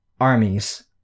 Armies